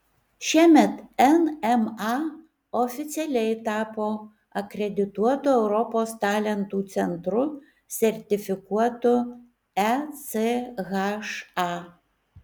šiemet nma oficialiai tapo akredituotu europos talentų centru sertifikuotu echa